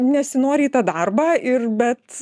nesinori į tą darbą ir bet